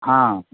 हां